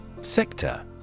Sector